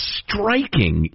striking